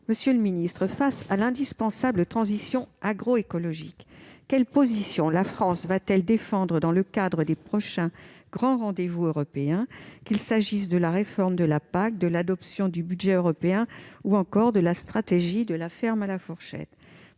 Monsieur le ministre, face à l'indispensable transition agroécologique, quelle position la France va-t-elle défendre dans le cadre des prochains grands rendez-vous européens, qu'il s'agisse de la réforme de la PAC, de l'adoption du budget européen ou encore de la stratégie « De la ferme à la fourchette »